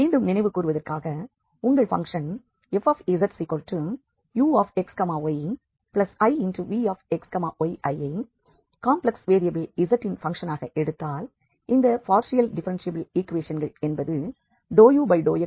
மீண்டும் நினைவுகூறுவதற்காக உங்கள் பங்க்ஷன் fzuxyivxy ஐ காம்ப்ளெக்ஸ் வேரியபில் z இன் பங்க்ஷனாக எடுத்தால் இந்த பார்ஷியல் டிஃப்பரென்ஷியல் ஈக்குவேஷன்கள் என்பது ∂u∂x∂v∂y